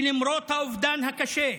שלמרות האובדן הקשה,